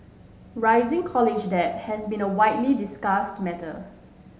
rising college debt has been a widely discuss matter